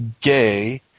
gay